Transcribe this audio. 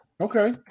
okay